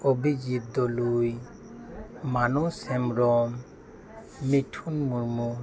Abhijit Doloi Manas Hembrom Mithun Murmu